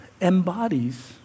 embodies